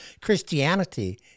Christianity